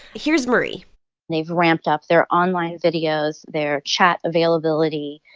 here's marie they've ramped up their online videos, their chat availability.